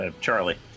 Charlie